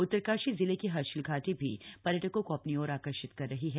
उत्तरकाशी जिले की हर्षिल घाटी भी पर्यटकों को अपनी ओर आर्कषित कर रही है